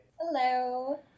Hello